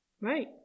Right